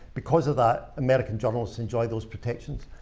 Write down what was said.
because of that, american journalists enjoy those protections.